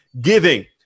giving